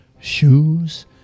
shoes